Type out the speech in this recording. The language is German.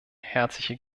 herzliche